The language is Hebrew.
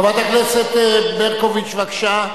חברת הכנסת שמאלוב-ברקוביץ, בבקשה.